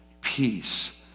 peace